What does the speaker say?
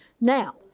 now